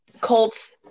Colts